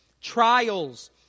trials